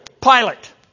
pilot